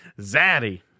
Zaddy